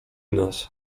nas